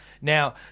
Now